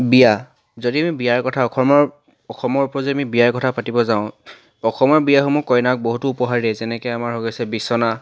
বিয়া যদি আমি বিয়াৰ কথা অসমৰ অসমৰ পৰা যদি আমি বিয়াৰ কথা পাতিব যাওঁ অসমৰ বিয়াসমূহ কইনাক বহুতো উপহাৰ দিয়ে যেনেকৈ আমাৰ হৈ গৈছে বিছনা